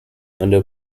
under